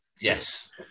Yes